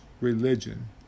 religion